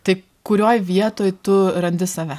tai kurioj vietoj tu randi save